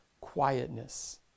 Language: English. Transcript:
quietness